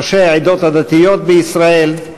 ראשי העדות הדתיות בישראל,